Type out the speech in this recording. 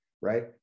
right